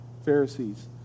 Pharisees